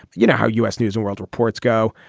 you know how u s. news and world reports go.